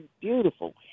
beautiful